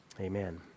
Amen